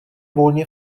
volně